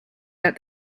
that